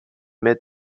mid